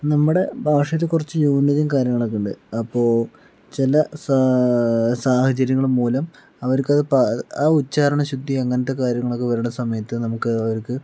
നമ്മുടെ ഭാഷയുടെ കുറച്ച് ന്യൂനതയും കാര്യങ്ങളൊക്കെ ഉണ്ട് അപ്പോൾ ചില സാ സാഹചര്യങ്ങൾ മൂലം അവർക്ക് അത് ആ ഉച്ചാരണ ശുദ്ധി അങ്ങനത്തെ കാര്യങ്ങളൊക്കെ വരേണ്ട സമയത്ത് നമുക്ക് അവർക്ക്